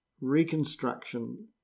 reconstruction